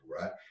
right